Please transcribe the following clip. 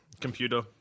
Computer